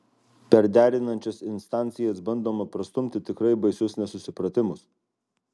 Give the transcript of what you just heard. per derinančias instancijas bandoma prastumti tikrai baisius nesusipratimus